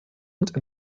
und